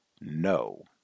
no